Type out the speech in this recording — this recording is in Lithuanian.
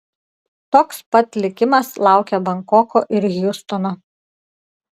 toks pat likimas laukia bankoko ir hjustono